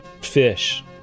fish